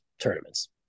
tournaments